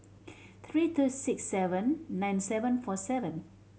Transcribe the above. three two six seven nine seven four seven